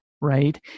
right